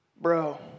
Bro